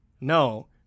no